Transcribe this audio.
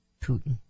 Putin